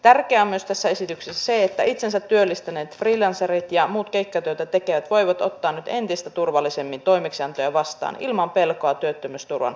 tärkeää on myös tässä esityksessä se että itsensä työllistäneet freelancerit ja muut keikkatyötä tekevät voivat ottaa nyt entistä turvallisemmin toimeksiantoja vastaan ilman pelkoa työttömyysturvan menettämisestä